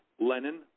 Lenin